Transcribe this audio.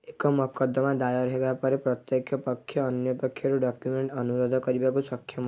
ଏକ ମକଦ୍ଦମା ଦାୟର ହେବା ପରେ ପ୍ରତ୍ୟେକ ପକ୍ଷ ଅନ୍ୟ ପକ୍ଷରୁ ଡକ୍ୟୁମେଣ୍ଟ୍ ଅନୁରୋଧ କରିବାକୁ ସକ୍ଷମ